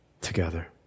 together